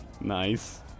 Nice